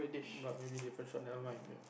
but maybe different shop never mind you